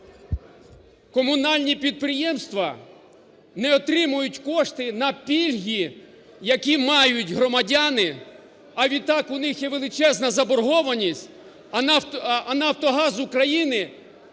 Комунальні підприємства не отримують кошти на пільги, які мають громадяни, а відтак, у них є величезна заборгованість, а "Нафтогаз-України"